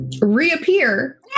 reappear